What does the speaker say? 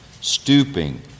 stooping